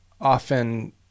often